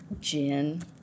gin